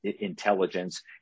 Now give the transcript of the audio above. intelligence